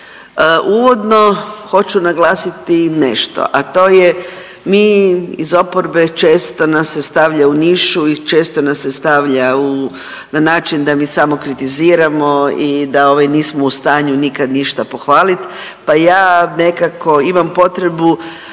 Uvodno hoću naglasiti nešto, a to je mi iz oporbe čest nas se stavlja u nišu i često nas se stavlja na način da mi samo kritiziramo i da nismo u stanju nikad ništa pohvalit, pa ja nekako imam potrebu